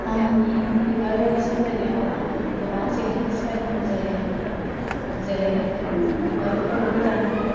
आंनि बिबारबारि सामलायनायाव आं गोबां जेंनाफोर सहायनांगौ जायो जेरै बिबारखौ गोदानै